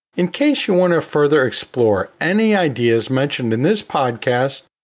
in case, you want to further explore any ideas mentioned in this podcast,